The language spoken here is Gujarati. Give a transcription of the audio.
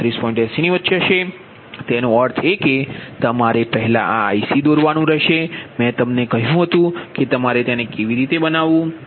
તેનો અર્થ એ કે તમારે પહેલા આ IC દોરવાનું રહેશે મેં તમને કહ્યું હતું કે તમારે તેને કેવી રીતે બનાવવું